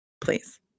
please